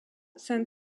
sent